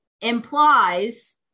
implies